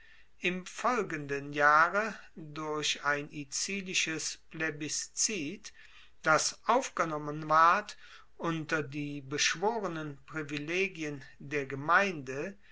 im folgenden jahre durch ein icilisches plebiszit das aufgenommen ward unter die beschworenen privilegien der gemeinde